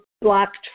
blocked